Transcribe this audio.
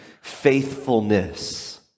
faithfulness